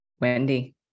Wendy